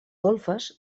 golfes